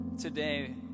Today